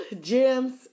Gems